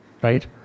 Right